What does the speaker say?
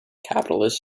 capitalist